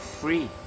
free